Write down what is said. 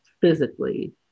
physically